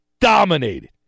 dominated